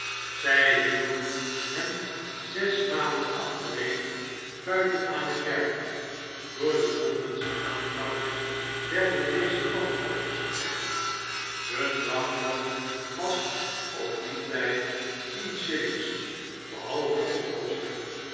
zij hielden hen zes maanden achtereen buiten aan t werk door de londensche aanplakkers werden deze landioopers genaamd hun dagloon was op dien tijd tien shillings behalve de onkosten